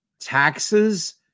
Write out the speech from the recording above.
taxes